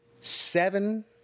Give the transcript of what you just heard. Seven